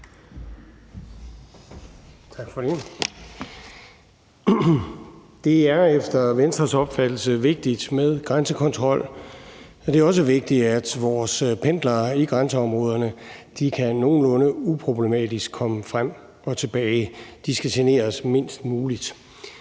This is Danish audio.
Det er efter Venstres opfattelse vigtigt med grænsekontrol. Det er også vigtigt, at vores pendlere i grænseområderne nogenlunde uproblematisk kan komme frem og tilbage. De skal generes mindst muligt.